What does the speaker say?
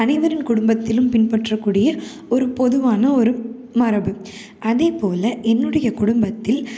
அனைவரின் குடும்பத்திலும் பின்பற்றக்கூடிய ஒரு பொதுவான ஒரு மரபு அதேப்போல என்னுடைய குடும்பத்தில்